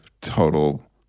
total